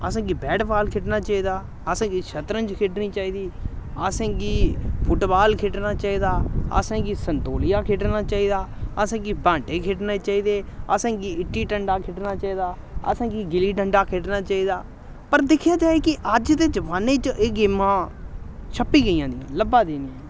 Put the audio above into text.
असें गी bat ball खेढना चाहिदा असें गी शतरंज खेढनी चाहिदी असें गी फुटबाल खेढना चाहिदा असें गी संतोलिया खेढना चाहिदा असें गी ब्हांटे खेढने चाहिदे असें गी इट्टी डंडा खेढना चाहिदा असें गी गिल्ली डंडा खेढना चाहिदा पर दिक्खेआ जाए कि अज्ज दे जमान्ने च एह् गेमां छप्पी गेइयां जि'यां लब्भा दी निं ऐ